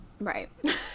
right